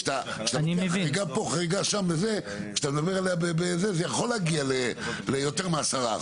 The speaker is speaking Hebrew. כשאתה פותח חריגה פה חריגה שם זה יכול להגיע ליותר מ-10%.